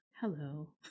hello